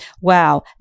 wow